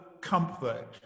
comfort